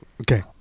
okay